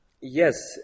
yes